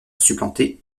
supplanté